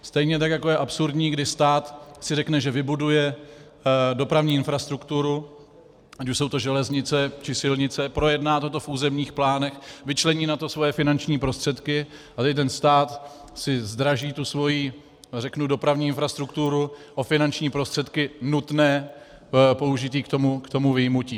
Stejně tak jako je absurdní, když stát si řekne, že vybuduje dopravní infrastrukturu, ať už jsou to železnice, či silnice, projedná toto v územních plánech, vyčlení na to svoje finanční prostředky, ale ten stát si zdraží tu svoji dopravní infrastrukturu o finanční prostředky nutné k použití k tomu vyjmutí.